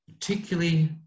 particularly